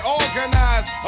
organized